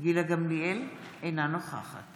גילה גמליאל, אינה נוכחת